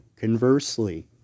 conversely